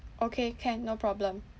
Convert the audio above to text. okay can no problem